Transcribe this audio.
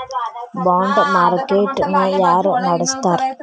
ಬಾಂಡ market ನ ಯಾರ ನಡಸ್ತಾರ?